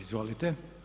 Izvolite.